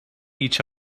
each